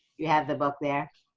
you have the book there?